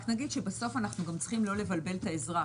אני רק אומר שבסוף אנחנו צריכים גם לא לבלבל את האזרח,